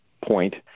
point